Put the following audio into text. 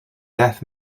death